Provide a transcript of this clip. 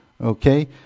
Okay